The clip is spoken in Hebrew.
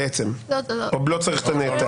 או שלא צריך את הנעתר?